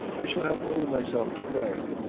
i shall have only myself to thank!